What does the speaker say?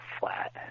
flat